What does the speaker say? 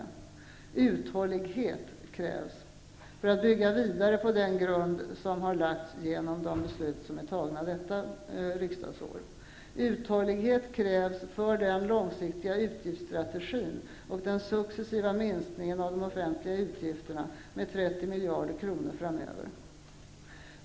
Det krävs uthållighet för att bygga vidare på den grund som har lagts genom de beslut som har fattats detta riksdagsår. Det krävs uthållighet för den långsiktiga utgiftsstrategin och den successiva minskningen av de offentliga utgifterna med 30 miljarder kronor framöver.